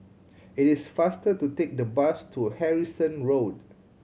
it is faster to take the bus to Harrison Road